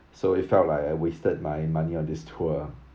so it felt like I wasted my money on this tour